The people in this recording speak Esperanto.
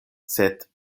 sed